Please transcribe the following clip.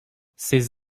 ces